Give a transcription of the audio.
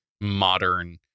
modern